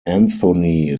anthony